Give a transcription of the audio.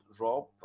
Rob